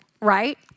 right